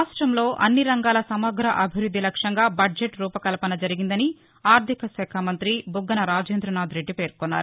రాష్ట్రంలో అన్ని రంగాల సమగ్రాభివృద్ధి లక్ష్మంగా బడ్జెట్ రూపకల్పన జరిగిందని అర్ధిక శాఖ మంతి బుగ్గన రాజేంద్రనాథ్ రెడ్డి పేర్కొన్నారు